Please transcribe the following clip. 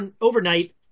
overnight